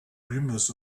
rumors